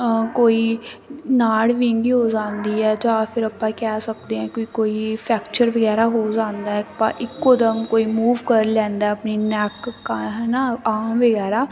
ਕੋਈ ਨਾੜ ਵਿੰਗੀ ਹੋ ਜਾਂਦੀ ਹੈ ਜਾਂ ਫਿਰ ਆਪਾਂ ਕਹਿ ਸਕਦੇ ਹਾਂ ਕਿ ਕੋਈ ਫੈਕਚਰ ਵਗੈਰਾ ਹੋ ਜਾਂਦਾ ਹੈ ਆਪਾਂ ਇੱਕੋਂ ਦਮ ਕੋਈ ਮੂਵ ਕਰ ਲੈਂਦਾ ਆਪਣੀ ਨੈੱਕ ਕ ਹੈ ਨਾ ਆਰਮ ਵਗੈਰਾ